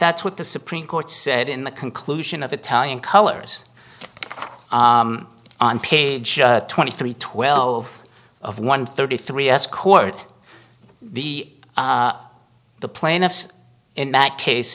that's what the supreme court said in the conclusion of italian colors on page twenty three twelve of one thirty three escort the the plaintiffs in that case